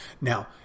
Now